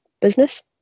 business